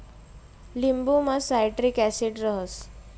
लिंबुमा citric acid रहास